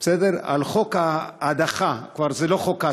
על חוק ההדחה, זה כבר לא חוק ההשעיה.